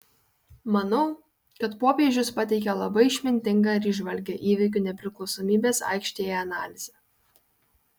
manau kad popiežius pateikė labai išmintingą ir įžvalgią įvykių nepriklausomybės aikštėje analizę